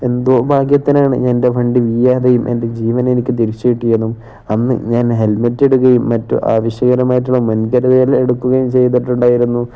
എന്തോ ഭാഗ്യത്തിനാണ് എൻ്റെ വണ്ടി വീഴാതെയും എൻ്റെ ജീവൻ എനിക്കു തിരിച്ചുകിട്ടിയതും അന്നു ഞാൻ ഹെൽമെറ്റ് ഇടുകയും മറ്റ് ആവശ്യകരമായിട്ടുള്ള മുൻകരുതൽ എടുക്കുകയും ചെയ്തിട്ടുണ്ടായിരുന്നു